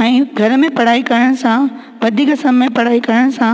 ऐं घर में पढ़ाई करण सां वधीक समय पढ़ाई करण सां